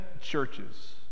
churches